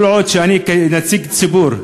כל עוד אני נציג ציבור,